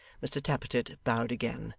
mr tappertit bowed again,